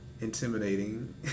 Intimidating